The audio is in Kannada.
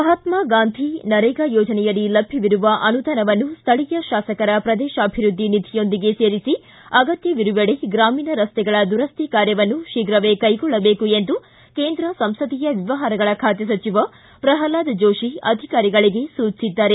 ಮಹಾತ್ಮಾ ಗಾಂಧಿ ನರೇಗಾ ಯೋಜನೆಯಡಿ ಲಭ್ಯವಿರುವ ಅನುದಾನವನ್ನು ಸ್ಥಳೀಯ ಶಾಸಕರ ಪ್ರದೇಶಾಭಿವೃದ್ಧಿ ನಿಧಿಯೊಂದಿಗೆ ಸೇರಿಸಿ ಅಗತ್ತವಿರುವೆಡೆ ಗ್ರಾಮೀಣ ರಸ್ತೆಗಳ ದುರಸ್ತಿ ಕಾರ್ಯವನ್ನು ಶೀಘವೇ ಕೈಗೊಳ್ಳಬೇಕು ಎಂದು ಕೇಂದ್ರ ಸಂಸದೀಯ ವ್ಯವಹಾರಗಳ ಖಾತೆ ಸಚಿವ ಪ್ರಲ್ಪಾದ ಜೋಶಿ ಅಧಿಕಾರಿಗಳಿಗೆ ಸೂಚಿಸಿದ್ದಾರೆ